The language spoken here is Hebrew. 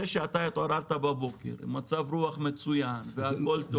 זה שאתה התעוררת בבוקר עם מצב-רוח מצוין והכול טוב